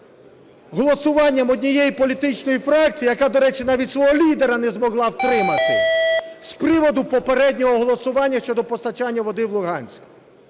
голосування однієї політичної фракції, яка, до речі, навіть свого лідера не змогла втримати, з приводу попереднього голосування щодо постачання води в Луганськ.